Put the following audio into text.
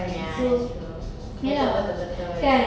ya that's true betul betul betul